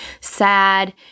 sad